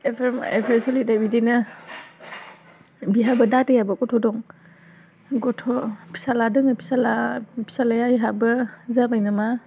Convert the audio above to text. affair मा एफियार सोलिदों बिदिनो बिहाबो दादायाबो गथ' दं गथ' फिसाला दङ फिसाला फिसालाया बिहाबो जाबाय नामा